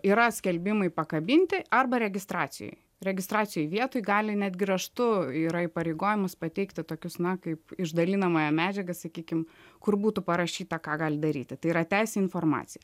yra skelbimai pakabinti arba registracijoj registracijoj vietoj gali netgi raštu yra įpareigojimas pateikti tokius na kaip išdalinamąją medžiagą sakykim kur būtų parašyta ką gali daryti tai yra teisė į informaciją